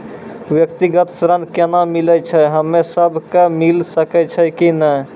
व्यक्तिगत ऋण केना मिलै छै, हम्मे सब कऽ मिल सकै छै कि नै?